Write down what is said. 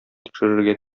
тикшерергә